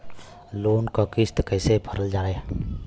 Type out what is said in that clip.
Loan क किस्त कैसे भरल जाए?